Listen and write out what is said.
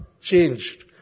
changed